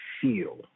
feel